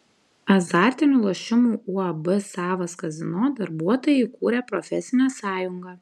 azartinių lošimų uab savas kazino darbuotojai įkūrė profesinę sąjungą